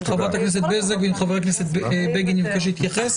חברת הכנסת בזק וחבר הכנסת בגין אני מבקש להתייחס.